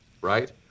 right